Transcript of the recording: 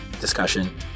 discussion